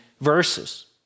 verses